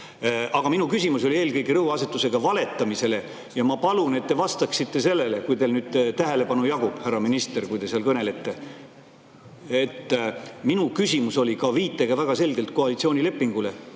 Minu küsimus oli eelkõige rõhuasetusega valetamisel ja ma palun, et te vastaksite sellele, kui teil nüüd tähelepanu jagub, härra minister, kes te seal kõnelete. Minu küsimus oli ka väga selge viitega koalitsioonilepingule.